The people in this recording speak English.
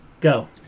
Go